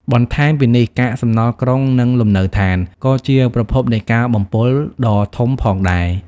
បន្ថែមពីនេះ កាកសំណល់ក្រុង និងលំនៅឋាន ក៏ជាប្រភពនៃការបំពុលដ៏ធំផងដែរ។